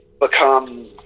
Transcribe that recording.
become